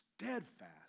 steadfast